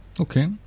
okay